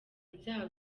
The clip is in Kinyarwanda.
ibyaha